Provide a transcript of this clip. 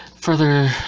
Further